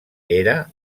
era